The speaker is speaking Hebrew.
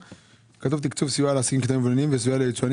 כתוב תקצוב סיוע לעסקים קטנים ובינוניים וסיוע ליצואנים